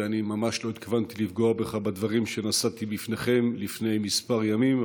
ואני ממש לא התכוונתי לפגוע בך בדברים שנשאתי לפניכם לפני כמה ימים,